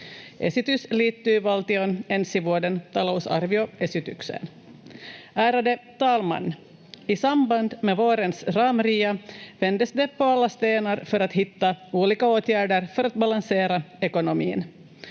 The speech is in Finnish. Esitys liittyy valtion ensi vuoden talousarvioesitykseen. Ärade talman! I samband med vårens ramria vändes det på alla stenar för att hitta olika åtgärder för att balansera ekonomin.